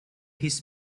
his